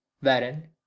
wherein